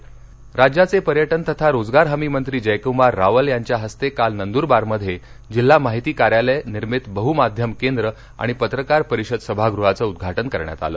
सभागह राज्याचे पर्यटन तथा रोजगार हमी मंत्री जयकूमार रावल यांच्या हस्ते काल नंदूरबारमध्ये जिल्हा माहीती कार्यालय निर्मित बहुमाध्यम केंद्र आणि पत्रकार परिषद सभागृहाचं उद्घाटन करण्यात आलं